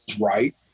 right